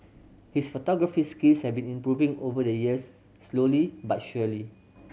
his photography skills have been improving over the years slowly but surely